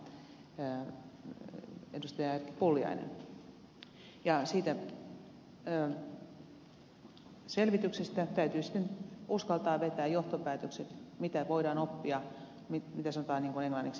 siitä selvityksestä täytyy sitten uskaltaa vetää johtopäätökset mitä voidaan oppia niin kuin sanotaan englanniksi lessons to learn